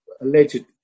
alleged